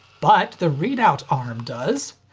but, the readout arm does!